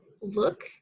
look